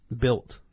built